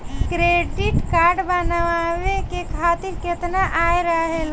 Credit card बनवाए के खातिर केतना आय रहेला?